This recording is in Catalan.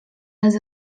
les